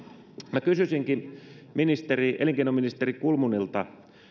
minä kysyisinkin elinkeinoministeri kulmunilta